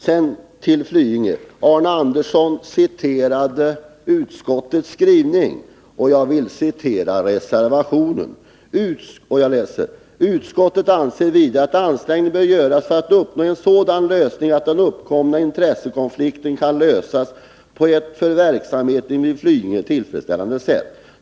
Sedan till frågan om Flyinge. Arne Andersson citerade utskottets skrivning, och jag vill citera reservation 6: ”Utskottet anser att vidare ansträngningar bör göras för att uppnå en sådan lösning att den uppkomna intressekonflikten kan lösas på ett för verksamheten vid Flyinge tillfredsställande sätt.